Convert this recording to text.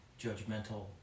judgmental